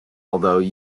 although